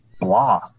blah